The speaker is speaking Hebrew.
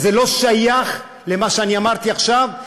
וזה לא שייך למה שאמרתי עכשיו,